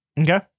Okay